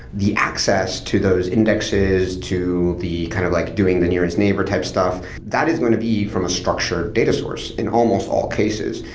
the access to those indexes to the kind of like doing the nearest neighbor type stuff, that is going to be from a structured data source in almost all cases,